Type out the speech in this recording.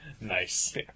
Nice